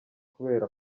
kubera